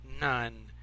none